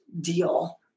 deal